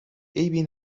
عیبی